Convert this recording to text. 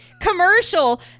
commercial